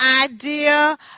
idea